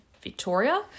Victoria